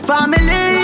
Family